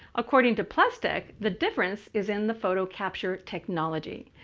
according to plustek, the difference is in the photo capture technology.